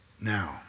Now